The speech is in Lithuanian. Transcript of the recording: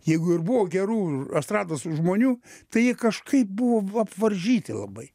jeigu ir buvo gerų estrados žmonių tai jie kažkaip buvo apvaržyti labai